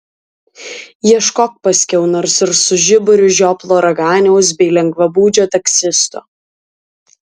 ieškok paskiau nors ir su žiburiu žioplo raganiaus bei lengvabūdžio taksisto